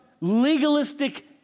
legalistic